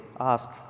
ask